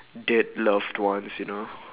dead loved ones you know